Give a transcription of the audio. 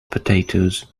potatoes